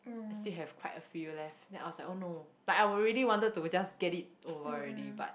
I still have quite a few left then I was like oh no but I will really wanted to just get it over already but